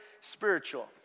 spiritual